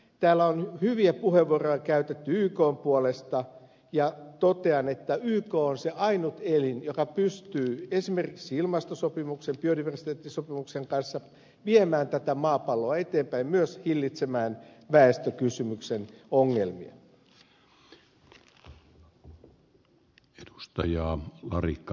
täällä on hyviä puheenvuoroja käytetty ykn puolesta ja totean että yk on se ainut elin joka pystyy esimerkiksi ilmastosopimuksen ja biodiversiteettisopimuksen kanssa viemään tätä maapalloa eteenpäin ja myös hillitsemään väestökysymyksen ongelmia